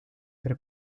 per